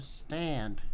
stand